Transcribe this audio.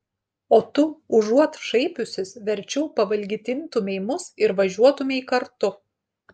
o tu užuot šaipiusis verčiau pavalgydintumei mus ir važiuotumei kartu